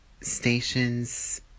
stations